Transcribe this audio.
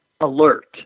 alert